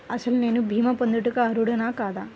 అసలు నేను భీమా పొందుటకు అర్హుడన కాదా?